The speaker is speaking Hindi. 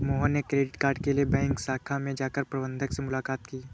मोहन ने क्रेडिट कार्ड के लिए बैंक शाखा में जाकर प्रबंधक से मुलाक़ात की